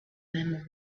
men